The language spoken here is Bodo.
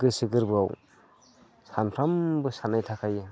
गोसो गोरबोआव सानफ्रोमबो सानबाय थाखायो